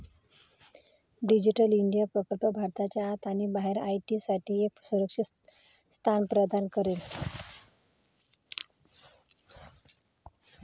digital India प्रकल्प भारताच्या आत आणि बाहेर आय.टी साठी एक सुरक्षित स्थान प्रदान करेल